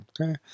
Okay